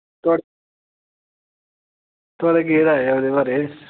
थुआढ़े थुहाढ़ी केह् राऽ ऐ ओह्दे बारै च